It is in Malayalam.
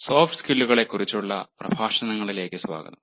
സോഫ്റ്റ് സ്കില്ലുകളെക്കുറിച്ചുള്ള പ്രഭാഷണങ്ങളിലേക്ക് സ്വാഗതം